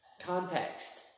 context